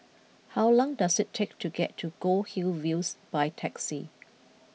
how long does it take to get to Goldhill Views by taxi